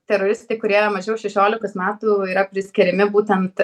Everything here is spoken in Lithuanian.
teroristai kurie mažiau šešiolikos metų yra priskiriami būtent